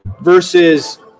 versus